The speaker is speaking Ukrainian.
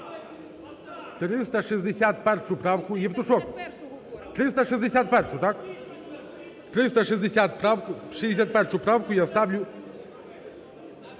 361 правку я ставлю…